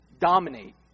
dominate